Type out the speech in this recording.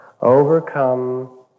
overcome